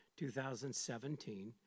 2017